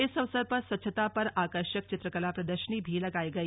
इस अवसर पर स्वच्छता पर आकर्षक चित्रकला प्रदर्शनी भी लगाई गई